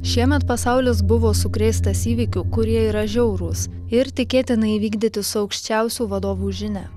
šiemet pasaulis buvo sukrėstas įvykių kurie yra žiaurūs ir tikėtina įvykdyti su aukščiausių vadovų žinia